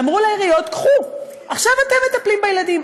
אמרו לעיריות: קחו, עכשיו אתם מטפלים בילדים.